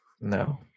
No